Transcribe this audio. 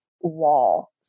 wall